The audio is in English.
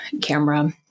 camera